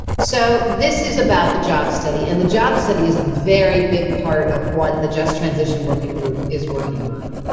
so this is about the job study and the job study is a very big part of what the just transition working group is working on.